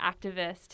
activist